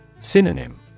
Synonym